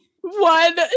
one